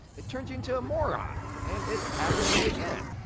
it turns you into a moron, and it happened to me again,